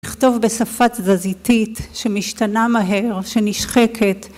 נכתוב בשפת תזזיתית, שמשתנה מהר, שנשחקת